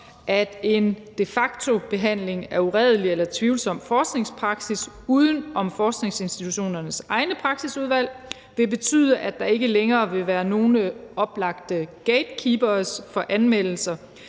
at en de facto-behandling af uredelig eller tvivlsom forskningspraksis uden om forskningsinstitutionernes egne praksisudvalg vil betyde, at der ikke længere vil være nogen oplagte gatekeepere for anmeldelser,